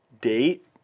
date